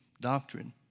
doctrine